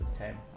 okay